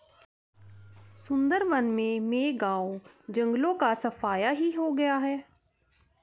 सुंदरबन में मैंग्रोव जंगलों का सफाया ही हो गया है